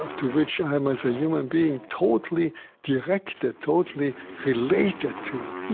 ah to which i am, as a human being, totally directed, totally related to,